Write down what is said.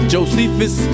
Josephus